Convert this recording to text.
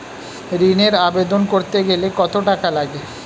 ঋণের আবেদন করতে গেলে কত টাকা লাগে?